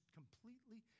completely